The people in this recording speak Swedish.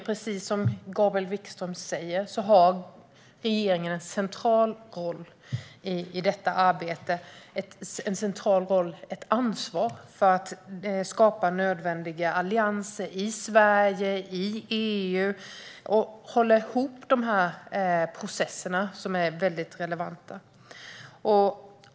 Precis som Gabriel Wikström säger har regeringen en central roll i detta arbete och ett ansvar för att skapa nödvändiga allianser i Sverige och i EU och för att hålla ihop de relevanta processerna.